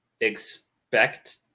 expect